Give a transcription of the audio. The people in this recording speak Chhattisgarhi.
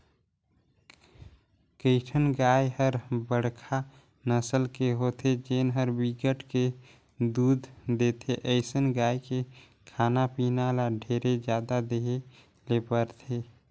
कइठन गाय ह बड़का नसल के होथे जेन ह बिकट के दूद देथे, अइसन गाय के खाना पीना ल ढेरे जादा देहे ले परथे